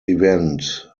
event